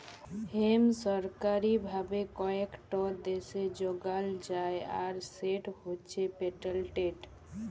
hemp সরকারি ভাবে কয়েকট দ্যাশে যগাল যায় আর সেট হছে পেটেল্টেড